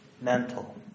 mental